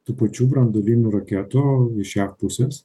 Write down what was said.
tų pačių branduolinių raketų iš jav pusės